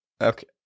Okay